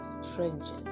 strangers